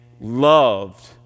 loved